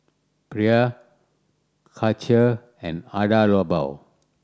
Perrier Karcher and Hada Labo